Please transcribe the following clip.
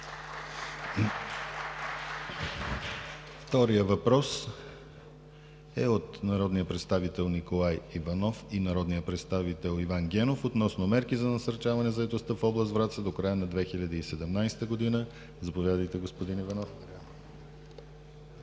Вторият въпрос е от народните представители Николай Иванов и Иван Генов относно мерки за насърчаване заетостта в област Враца до края на 2017 г. Заповядайте, господин Иванов.